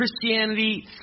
Christianity